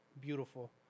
Beautiful